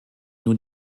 nun